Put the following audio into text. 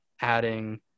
adding